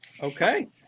Okay